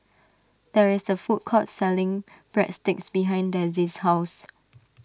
there is a food court selling Breadsticks behind Dezzie's house